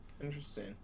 Interesting